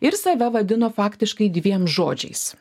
ir save vadino faktiškai dviem žodžiais